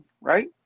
right